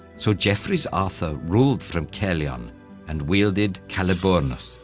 so geoffrey's arthur ruled from caerleon and wielded caliburnus,